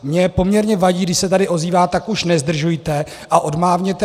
Mně poměrně vadí, když se tady ozývá: tak už nezdržujte a odmávněte!